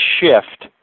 shift